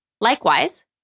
Likewise